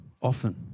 often